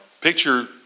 picture